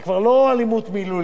זה כבר לא אלימות מילולית,